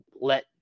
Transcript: let